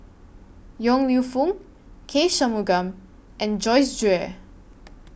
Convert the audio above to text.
Yong Lew Foong K Shanmugam and Joyce Jue